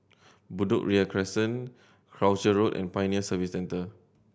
Bedok Ria Crescent Croucher Road and Pioneer Service Centre